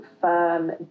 firm